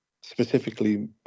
specifically